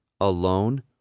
alone